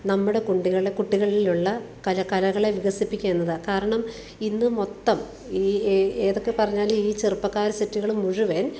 നമ്മുടെ കുട്ടികളിലെ കുട്ടികളിലുള്ള കലകളെ വികസിപ്പിക്കുക എന്നത് കാരണം ഇന്ന് മൊത്തം ഈ ഏതൊക്കെ പറഞ്ഞാലും ഈ ചെറുപ്പക്കാർ സെറ്റുകൾ മുഴുവൻ